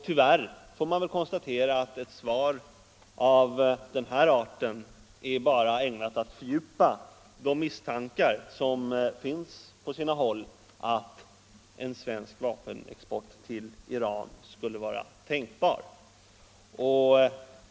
Tyvärr får man väl konstatera att ett svar av den här arten bara är ägnat att fördjupa de misstankar som finns på sina håll att en svensk vapenexport till Iran skulle vara tänkbar.